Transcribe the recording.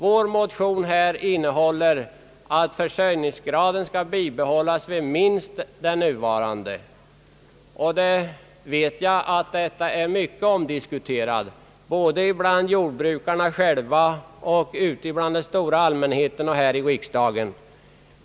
Vår motion yrkar på ett: bibehållånde av försörjningsgraden :'vid minst den nuvarande. Jag vet att-detta är en mycket omdiskuterad frågå både bland jordbrukarna själ va, ute hos den stora allmänheten och här i riksdagen.